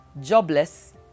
jobless